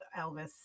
Elvis